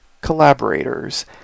collaborators